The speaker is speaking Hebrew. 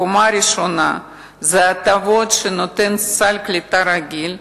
הקומה הראשונה היא הטבות שנותן סל קליטה רגיל.